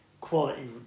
quality